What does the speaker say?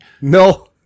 No